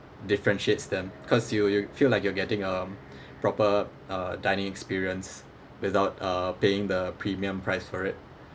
differentiates them cause you you feel like you're getting a proper uh dining experience without uh paying the premium price for it